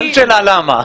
אין שאלה למה.